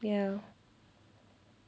ya